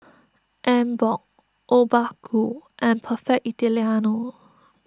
Emborg Obaku and Perfect Italiano